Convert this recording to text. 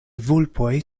vulpoj